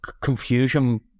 confusion